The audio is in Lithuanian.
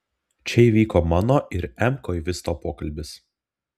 čia įvyko mano ir m koivisto pokalbis